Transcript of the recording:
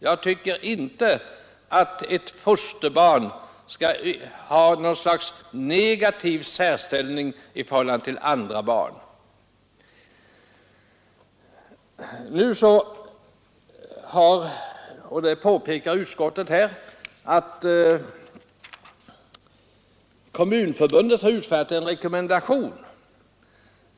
Jag tycker inte att ett fosterbarn skall ha någon negativ särställning i jämförelse med andra barn. Utskottet påpekar att Kommunförbundet har utfärdat en rekommendation.